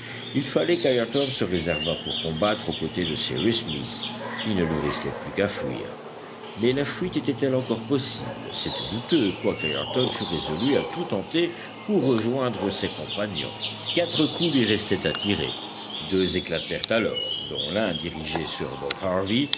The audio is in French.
il fallait qu'ayrton se réservât pour combattre aux côtés de cyrus smith il ne lui restait plus qu'à fuir mais la fuite était-elle encore possible c'était douteux quoiqu'ayrton fût résolu à tout tenter pour rejoindre ses compagnons quatre coups lui restaient à tirer deux éclatèrent alors dont l'un dirigé sur bob harvey